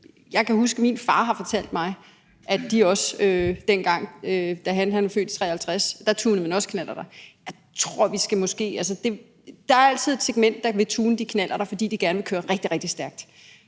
jeg kan huske, at min far har fortalt mig, at man også dengang – han er født i 1953 – tunede knallerter. Der er altid et segment, der vil tune de knallerter, fordi de gerne vil køre rigtig, rigtig stærkt,